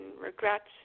regrets